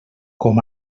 com